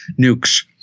nukes